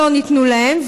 שלא ניתנו להם,